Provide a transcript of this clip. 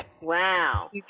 Wow